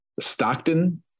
Stockton